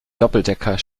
doppeldecker